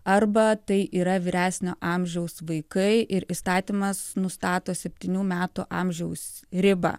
arba tai yra vyresnio amžiaus vaikai ir įstatymas nustato septynių metų amžiaus ribą